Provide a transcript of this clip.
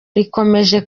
rikomeje